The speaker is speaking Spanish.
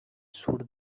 sur